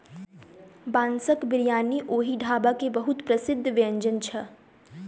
बांसक बिरयानी ओहि ढाबा के बहुत प्रसिद्ध व्यंजन छल